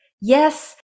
Yes